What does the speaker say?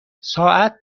ساعت